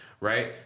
Right